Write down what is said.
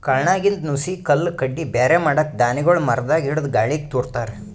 ಕಾಳ್ನಾಗಿಂದ್ ನುಸಿ ಕಲ್ಲ್ ಕಡ್ಡಿ ಬ್ಯಾರೆ ಮಾಡಕ್ಕ್ ಧಾನ್ಯಗೊಳ್ ಮರದಾಗ್ ಹಿಡದು ಗಾಳಿಗ್ ತೂರ ತಾರ್